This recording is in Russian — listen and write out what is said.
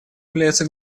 является